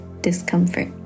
discomfort